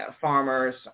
farmers